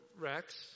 Rex